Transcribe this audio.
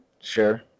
Sure